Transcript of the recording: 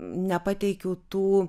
nepateikiau tų